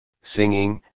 singing